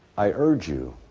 i urge you